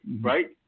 Right